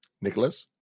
Nicholas